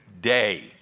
day